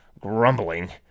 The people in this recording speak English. grumbling